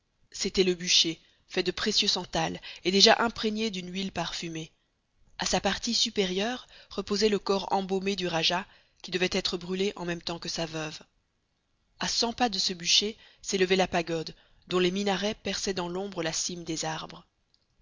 c'était le bûcher fait de précieux santal et déjà imprégné d'une huile parfumée a sa partie supérieure reposait le corps embaumé du rajah qui devait être brûlé en même temps que sa veuve a cent pas de ce bûcher s'élevait la pagode dont les minarets perçaient dans l'ombre la cime des arbres